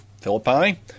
Philippi